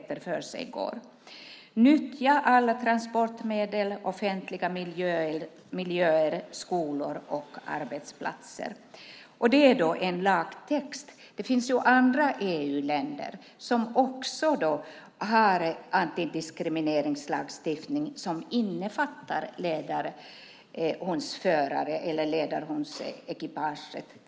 Han eller hon bör kunna nyttja alla transportmedel, offentliga miljöer, skolor och arbetsplatser. Detta är en lagtext. Det finns andra EU-länder som också har antidiskrimineringslagstiftning som innefattar ledarhundsförare eller ledarhundsekipage.